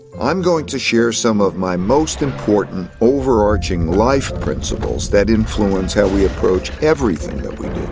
i'm going to share some of my most important, overarching, life principles that influence how we approach everything that we do.